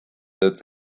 its